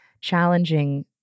challenging